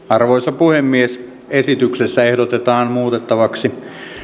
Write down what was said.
arvoisa puhemies esityksessä ehdotetaan muutettavaksi